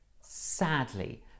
Sadly